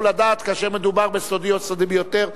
לדעת כאשר מדובר ב"סודי" או "סודי ביותר".